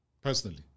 personally